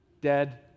Dead